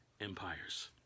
empires